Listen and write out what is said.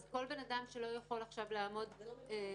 כל בן אדם שלא יכול עכשיו לעמוד בתשלומים,